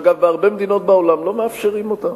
אגב, בהרבה מדינות בעולם לא מאפשרים אותה.